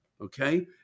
okay